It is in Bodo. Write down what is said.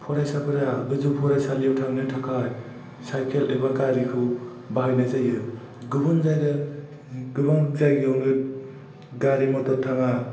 फरायसाफोरा गोजौ फरायसालियाव थांनो थाखाय साइकेल एबा गारिखौ बाहायनाय जायो गुबुन जायगा गोबां जायगायावनो गारि मथर थाङा